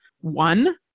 one